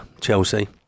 Chelsea